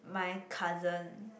my cousin